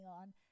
on